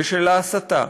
ושל ההסתה